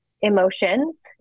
emotions